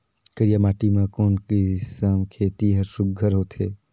करिया माटी मा कोन किसम खेती हर सुघ्घर होथे?